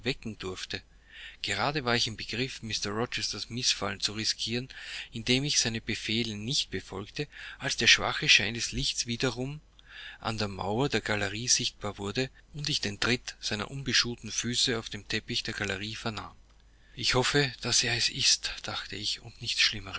durfte grade war ich im begriff mr rochesters mißfallen zu riskieren indem ich seine befehle nicht befolgte als der schwache schein des lichts wiederum an der mauer der galerie sichtbar wurde und ich den tritt seiner unbeschuhten füße auf dem teppich der galerie vernahm ich hoffe daß er es ist dachte ich und nichts schlimmeres